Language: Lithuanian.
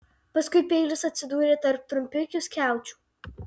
paskui peilis atsidūrė tarp trumpikių skiaučių